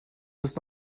bis